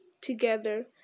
together